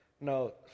No